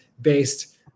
based